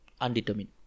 undetermined